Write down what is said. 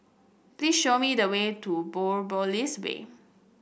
please show me the way to Biopolis Way